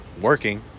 working